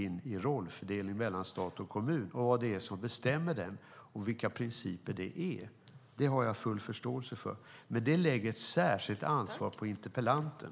De har heller inte anledning att sätta sig in i vad som bestämmer den och vilka principerna för den är. Det har jag full förståelse för. Men det lägger ett särskilt ansvar på interpellanten.